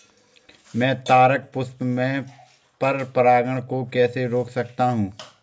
मैं तारक पुष्प में पर परागण को कैसे रोक सकता हूँ?